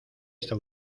está